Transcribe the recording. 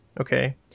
Okay